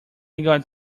got